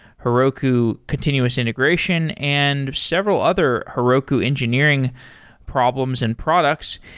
heroku continuous integration and several other heroku engineering problems and products.